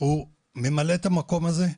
ממלא את המקום הזה.